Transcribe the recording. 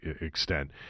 extent